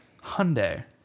Hyundai